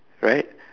right